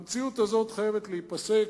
המציאות הזאת חייבת להיפסק.